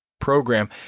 program